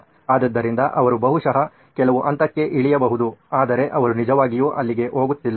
ಆದ್ದರಿಂದ ಅವರು ಬಹುಶಃ ಕೆಲವು ಹಂತಕ್ಕೆ ಇಳಿಯಬಹುದು ಆದರೆ ಅವರು ನಿಜವಾಗಿಯೂ ಅಲ್ಲಿಗೆ ಹೋಗುತ್ತಿಲ್ಲ